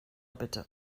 bitte